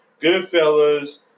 Goodfellas